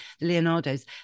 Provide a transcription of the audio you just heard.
Leonardo's